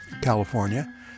California